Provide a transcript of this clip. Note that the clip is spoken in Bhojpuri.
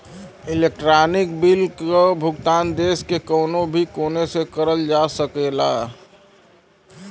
इलेक्ट्रानिक बिल क भुगतान देश के कउनो भी कोने से करल जा सकला